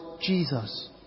Jesus